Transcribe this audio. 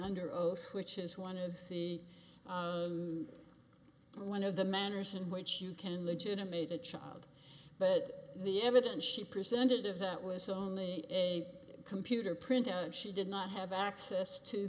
under oath which is one of the one of the manners in which you can legitimated child but the evidence she presented of that was only a computer printout and she did not have access to